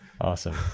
Awesome